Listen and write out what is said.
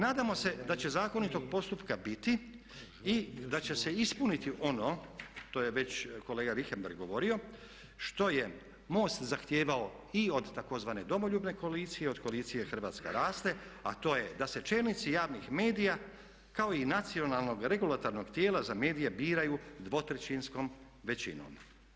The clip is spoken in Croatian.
Nadamo se da će zakonitog postupka biti i da će se ispuniti ono što je već kolega Richembergh govorio što je MOST zahtijevao i od tzv. Domoljubne koalicije i od koalicije Hrvatska raste a to je da se čelnici javnih medija kao i nacionalnog regulatornog tijela za medije biraju dvotrećinskom većinom.